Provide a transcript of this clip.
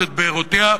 את בארותיה,